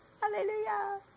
hallelujah